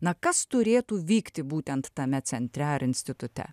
na kas turėtų vykti būtent tame centre ar institute